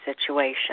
situation